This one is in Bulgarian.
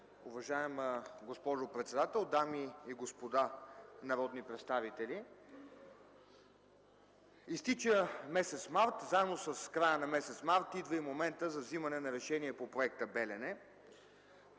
Уважаема госпожо председател, дами и господа народни представители! Изтича месец март и заедно с края на месец март идва и моментът за вземане на решение по проекта „Белене”.